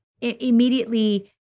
immediately